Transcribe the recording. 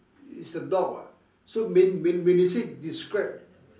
is a dog [what] so when when when you say describe